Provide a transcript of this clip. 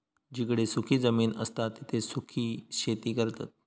जिकडे सुखी जमीन असता तिकडे सुखी शेती करतत